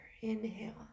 Inhale